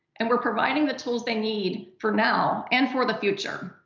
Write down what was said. and we're providing the tools they need for now and for the future.